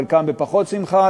חלקם בפחות שמחה,